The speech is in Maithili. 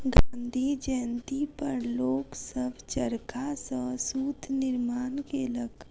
गाँधी जयंती पर लोक सभ चरखा सॅ सूत निर्माण केलक